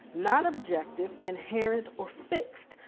not objective, inherent, or fixed.